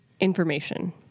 information